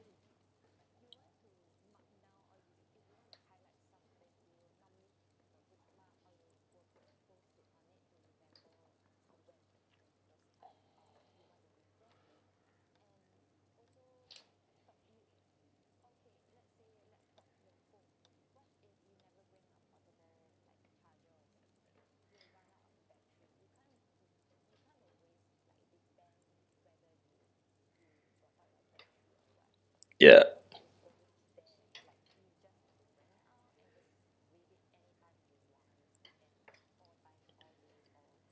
ya